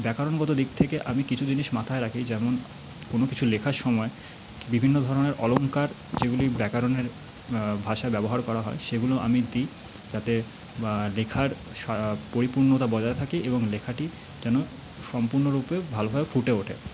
ব্যাকরণগত দিক থেকে আমি কিছু জিনিস মাথায় রাখি যেমন কোনো কিছু লেখার সময় বিভিন্ন ধরণের অলংকার যেগুলি ব্যাকরণের ভাষায় ব্যবহার করা হয় সেগুলো আমি দিই যাতে লেখার পরিপূর্ণতা বজায় থাকে এবং লেখাটি যেন সম্পূর্ণরূপে ভালোভাবে ফুটে ওঠে